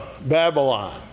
Babylon